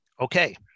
Okay